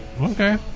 okay